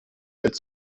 als